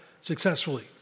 successfully